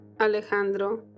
Alejandro